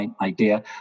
idea